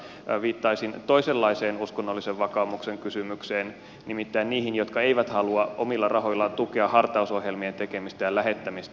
viittaisin toisenlaiseen uskonnollisen vakaumuksen kysymykseen nimittäin niihin jotka eivät halua omilla rahoillaan tukea hartausohjelmien tekemistä ja lähettämistä